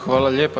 Hvala lijepa.